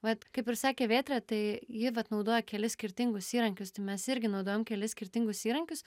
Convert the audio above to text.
vat kaip ir sakė vėtrė tai ji vat naudoja kelis skirtingus įrankius mes irgi naudojam kelis skirtingus įrankius